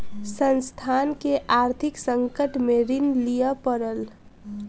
संस्थान के आर्थिक संकट में ऋण लिअ पड़ल